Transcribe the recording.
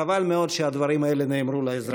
חבל מאוד שהדברים האלו נאמרו לאזרחים.